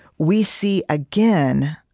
we see, again,